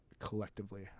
collectively